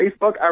Facebook